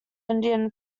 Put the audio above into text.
indian